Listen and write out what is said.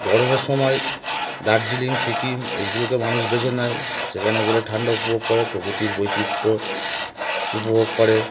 গরমের সময় দার্জিলিং সিকিম এইগুলোকে মানুষ বেছে নেয় সেখানে গেলে ঠান্ডা উপভোগ করে প্রকতির বৈচিত্র্য উপভোগ করে